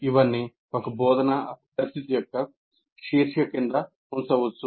ఇవన్నీ ఒక బోధనా పరిస్థితి యొక్క శీర్షిక క్రింద ఉంచవచ్చు